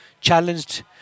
challenged